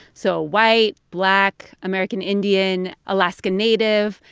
so white, black, american indian, alaska native,